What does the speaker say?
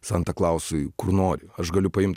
santa klausui kur nori aš galiu paimt